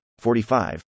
45